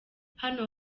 hano